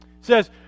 says